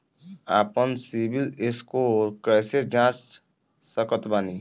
आपन CIBIL score कैसे जांच सकत बानी?